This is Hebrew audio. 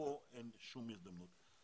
וכאן אין הזדמנות לכך.